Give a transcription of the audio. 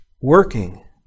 working